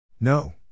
No